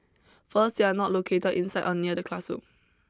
first they are not located inside or near the classroom